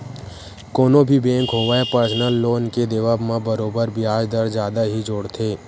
कोनो भी बेंक होवय परसनल लोन के देवब म बरोबर बियाज दर जादा ही जोड़थे